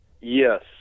Yes